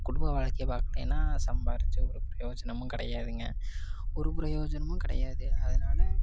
குடும்ப வாழ்க்கை வாழ்க்கைனா சம்பாரிச்சு ஒரு புரியோஜனமும் கிடையாதுங்க ஒரு புரியோஜனமும் கிடையாதுங்க அதனால